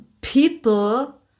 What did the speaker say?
people